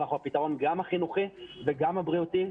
אנחנו הפתרון גם החינוכי וגם הבריאותי.